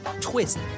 Twist